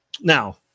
Now